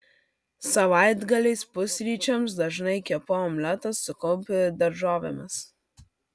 savaitgaliais pusryčiams dažnai kepu omletą su kumpiu ir daržovėmis